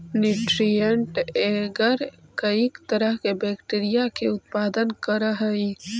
nutrient agar कईक तरह के बैक्टीरिया के उत्पादन करऽ हइ